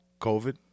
COVID